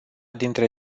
dintre